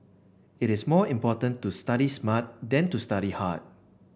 it is more important to study smart than to study hard